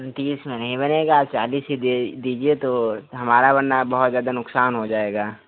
तीस में नहीं बनेगा चालिस ही दे दीजिए तो हमारा वरना बहुत ज़्यादा नुक़सान हो जाएगा